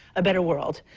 a better world.